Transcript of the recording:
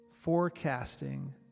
forecasting